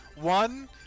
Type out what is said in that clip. One